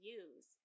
use